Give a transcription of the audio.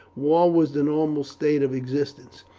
war was the normal state of existence.